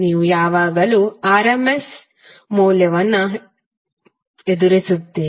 ನೀವು ಯಾವಾಗಲೂ RMS ಮೌಲ್ಯವನ್ನು ಎದುರಿಸುತ್ತೀರಿ